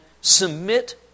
submit